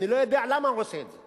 אני לא יודע למה הוא עושה את זה,